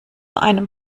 einem